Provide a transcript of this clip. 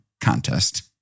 contest